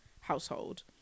household